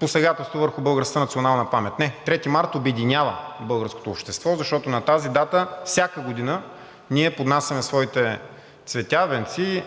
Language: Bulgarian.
посегателство върху българската национална памет. Не, 3 март обединява българското общество, защото на тази дата всяка година ние поднасяме своите цветя, венци и